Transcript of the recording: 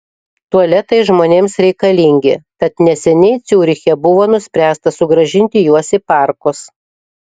tualetai žmonėms reikalingi tad neseniai ciuriche buvo nuspręsta sugrąžinti juos į parkus